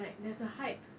like there is a hype